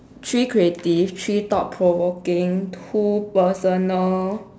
three creative three thought provoking two personal